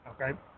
Okay